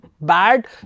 bad